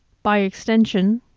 by extension,